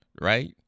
Right